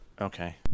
Okay